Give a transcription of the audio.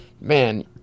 Man